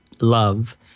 love